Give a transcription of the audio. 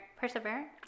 persevere